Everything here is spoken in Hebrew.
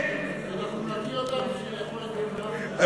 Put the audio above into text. אנחנו נקיא אותם בשביל לאכול את הכנאפה.